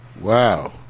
Wow